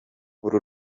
uru